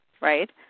right